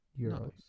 euros